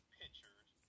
pictures